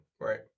right